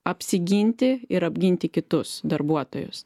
apsiginti ir apginti kitus darbuotojus